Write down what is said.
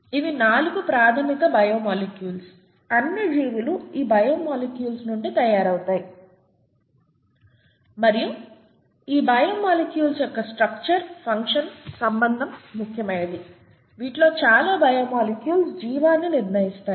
ఇవి 4 ప్రాథమిక biomolecules అన్ని జీవులు ఈ బయో మాలిక్యూల్స్ నుండి తయారవుతాయి మరియు ఈ బయో మాలిక్యూల్స్ యొక్క స్ట్రక్చర్ ఫంక్షన్ సంబంధం ముఖ్యమైనది వీటిలో చాలాబయో మాలిక్యూల్స్ జీవాన్ని నిర్ణయిస్తాయి